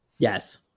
Yes